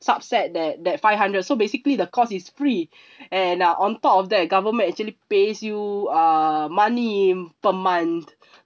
subset that that five hundred so basically the cost is free and uh on top of that government actually pays you uh money per month